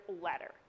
letter